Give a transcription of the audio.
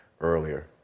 earlier